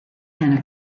and